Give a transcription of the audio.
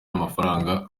n’amafaranga